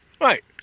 Right